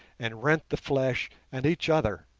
and rent the flesh, and each other!